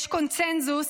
יש קונסנזוס